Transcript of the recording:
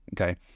okay